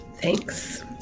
Thanks